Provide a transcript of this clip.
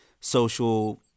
social